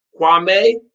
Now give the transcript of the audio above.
Kwame